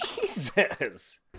Jesus